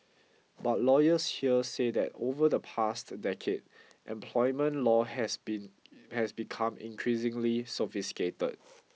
but lawyers here say that over the past decade employment law has become increasingly sophisticated